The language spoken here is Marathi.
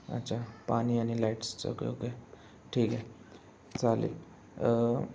अच्छा पाणी आणि लाईट्सचं ओके ओके ठीक आहे चालेल